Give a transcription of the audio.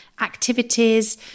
activities